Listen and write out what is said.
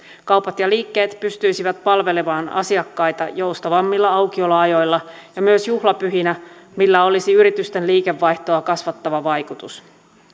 kaupat ja liikkeet pystyisivät palvelemaan asiakkaita joustavammilla aukioloajoilla ja myös juhlapyhinä millä olisi yritysten liikevaihtoa kasvattava vaikutus